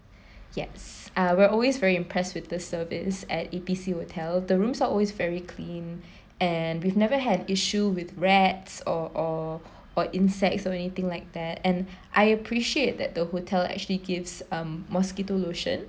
yes uh we're always very impressed with the service at A B C hotel the rooms are always very clean and we've never had issue with rats or or or insects or anything like that and I appreciate that the hotel actually gives a mosquito lotion